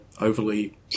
overly